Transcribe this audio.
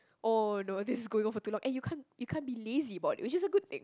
oh no this is going on for too long and you can't you can't be lazy about it which is a good thing